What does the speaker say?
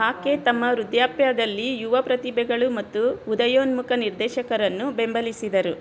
ಆಕೆ ತಮ್ಮ ವೃದ್ಧಾಪ್ಯದಲ್ಲಿ ಯುವ ಪ್ರತಿಭೆಗಳು ಮತ್ತು ಉದಯೋನ್ಮುಖ ನಿರ್ದೇಶಕರನ್ನು ಬೆಂಬಲಿಸಿದರು